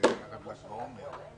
ל"ג בעומר.